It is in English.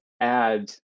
add